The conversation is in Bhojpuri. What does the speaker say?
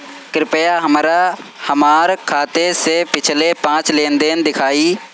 कृपया हमरा हमार खाते से पिछले पांच लेन देन दिखाइ